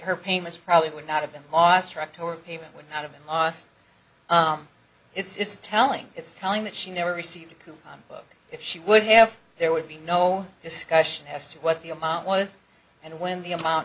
her payments probably would not have been awestruck toward paper would not have been lost it's telling it's telling that she never received a coupon book if she would hear there would be no discussion as to what the amount was and when the amount